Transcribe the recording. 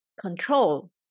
control